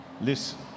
listen